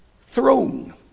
throne